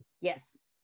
Yes